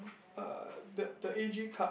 uh the the A_G card